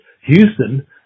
Houston